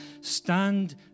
stand